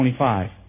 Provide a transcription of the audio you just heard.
25